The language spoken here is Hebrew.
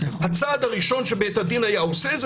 הצעד הראשון שבית הדין היה עושה זה